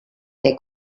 què